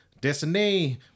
destiny